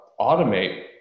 automate